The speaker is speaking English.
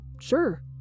sure